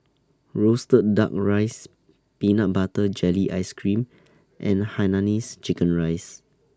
Roasted Duck Rice Peanut Butter Jelly Ice Cream and Hainanese Chicken Rice